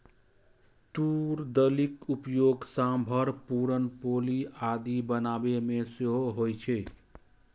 तूर दालिक उपयोग सांभर, पुरन पोली आदि बनाबै मे सेहो होइ छै